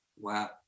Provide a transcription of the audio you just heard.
Wow